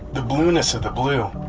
the blueness of the blue,